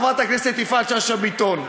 חברת הכנסת יפעת שאשא ביטון,